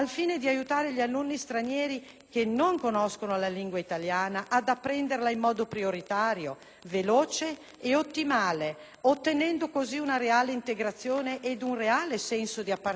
che non conoscono la lingua italiana, ad apprenderla in modo prioritario, veloce e ottimale, ottenendo così una reale integrazione ed un reale senso di appartenenza alla scuola italiana?